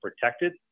protected